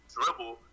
dribble